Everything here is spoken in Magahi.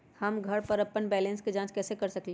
हम घर पर अपन बैलेंस कैसे जाँच कर सकेली?